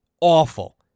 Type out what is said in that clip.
awful